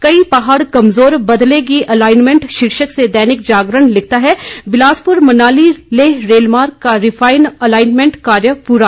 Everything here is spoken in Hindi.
कई पहाड़ कमजोर बदलेगी अलाइनमेंट शीर्षक से दैनिक जागरण लिखता है बिलासपुर मनाली लेह रेलमार्ग का रिफाइन अलाइनमेंट कार्य पूरा